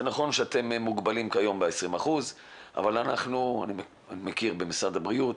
נכון שאתם מוגבלים ב-20% אבל אני מכיר במשרד הבריאות,